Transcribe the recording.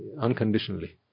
unconditionally